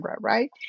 right